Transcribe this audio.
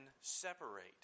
separate